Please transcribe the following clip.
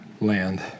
land